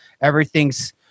everything's